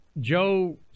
Joe